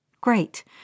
Great